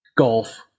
golf